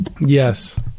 Yes